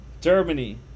Germany